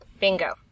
Bingo